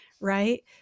Right